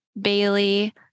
Bailey